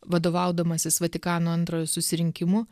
vadovaudamasis vatikano antrojo susirinkimu